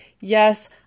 yes